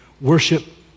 Worship